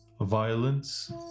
violence